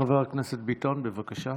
חבר הכנסת ביטון, בבקשה.